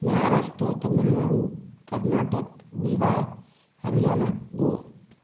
Maharashtra Tamil Nadu Karnataka Bihar Haryana Goa